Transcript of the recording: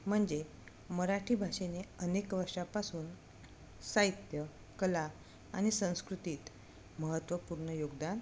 म्हणजे मराठी भाषेने अनेक वर्षापासून साहित्य कला आणि संस्कृतीत महत्त्वपूर्ण योगदान